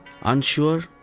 Unsure